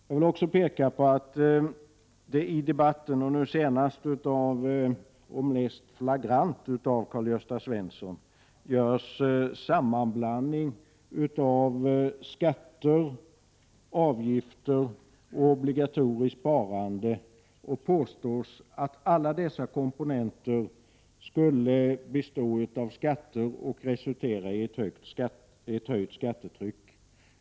Jag vill också peka på att det i debatten, nu senast och mest flagrant av Karl-Gösta Svenson, görs en sammanblandning av skatter, avgifter och obligatoriskt sparande. Det påstås att alla dessa komponenter skulle bestå av skatter och resultera i ett höjt skattetryck.